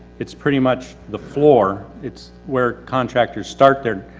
it's pretty much the floor. it's where contractors start their,